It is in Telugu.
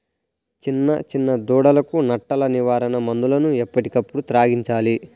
చిన్న చిన్న దూడలకు నట్టల నివారణ మందులను ఎప్పటికప్పుడు త్రాగించాలి